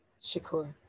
Shakur